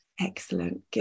Excellent